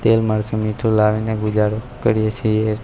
તેલ મરચું મીઠું લાવીને ગુજારો કરીએ છીએ